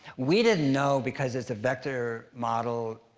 we didn't know because it's a vector model.